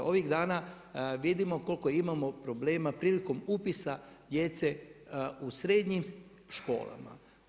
Ovih dana vidimo koliko imamo problema prilikom upisa djece u srednjim školama.